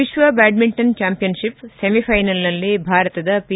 ವಿಶ್ವ badminton championship ಸೆಮಿಫೈನಲ್ನಲ್ಲಿ ಭಾರತದ ಪಿ